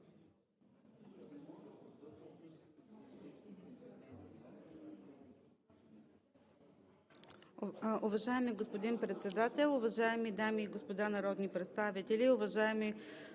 Уважаеми господин Председател, уважаеми дами и господа народни представители, уважаеми